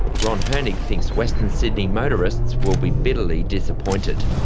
ron hoenig thinks western sydney motorists will be bitterly disappointed.